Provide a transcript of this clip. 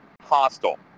hostile